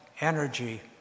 energy